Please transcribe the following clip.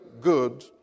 good